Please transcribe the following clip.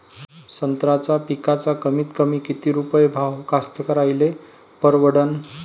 संत्र्याचा पिकाचा कमीतकमी किती रुपये भाव कास्तकाराइले परवडन?